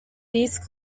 these